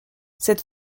cette